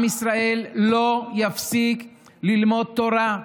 עם ישראל לא יפסיק ללמוד תורה,